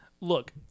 Look